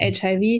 HIV